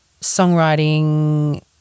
songwriting